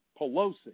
Pelosi